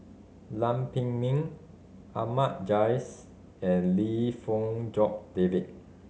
Lam Pin Min Ahmad Jais and Lim Fong Jock David